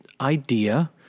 idea